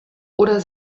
oder